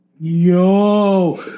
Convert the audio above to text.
Yo